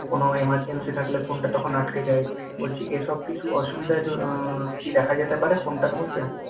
কোনো এমার্জেন্সি থাকলে ফোনটা তখন আটকে যায় বলছি এসব কিছু অসুবিধা কি দেখা যেতে পারে ফোনটার মধ্যে